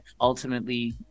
Ultimately